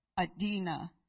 Adina